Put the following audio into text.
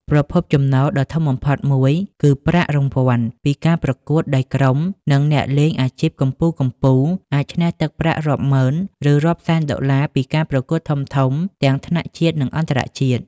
ប្រភពចំណូលដ៏ធំបំផុតមួយគឺ ប្រាក់រង្វាន់ពីការប្រកួត ដោយក្រុម និងអ្នកលេងអាជីពកំពូលៗអាចឈ្នះទឹកប្រាក់រាប់ម៉ឺន ឬរាប់សែនដុល្លារពីការប្រកួតធំៗទាំងថ្នាក់ជាតិ និងអន្តរជាតិ។